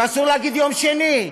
ואסור להגיד "יום שני".